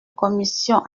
commission